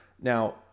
Now